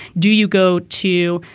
do you go to,